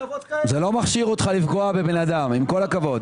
זה לא מכשיר אותך לפגוע בבן אדם, עם כל הכבוד.